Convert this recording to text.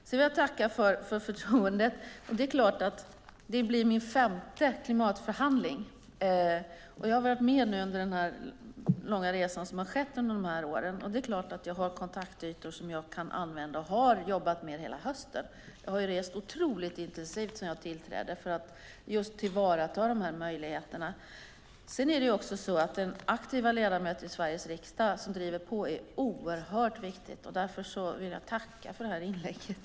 Jag vill tacka för förtroendet. Det blir min femte klimatförhandling. Jag har varit med under den långa resa som skett under de här åren, och det är klart att jag har kontaktytor som jag kan använda och har jobbat med hela hösten. Jag har rest otroligt intensivt sedan jag tillträdde för att tillvarata de här möjligheterna. Det är oerhört viktigt med aktiva ledamöter i Sveriges riksdag som driver på. Därför vill jag tacka för det här inlägget.